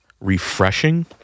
refreshing